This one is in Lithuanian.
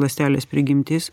ląstelės prigimtis